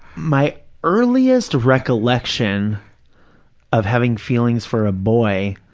my earliest recollection of having feelings for a boy,